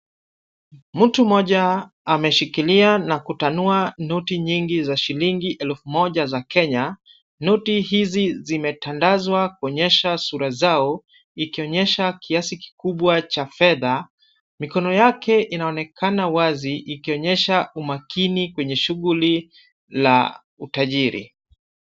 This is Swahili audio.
Mtu mmoja ameshikilia na kutanua noti nyingi za shilingi elfu moja za Kenya. Noti hizi zimetandazwa kuonyesha sura zao, ikionyesha kiasi kikubwa cha fedha. Mikono yake inaonekana wazi ikionyesha umakini kwenye shughuli la utajiri.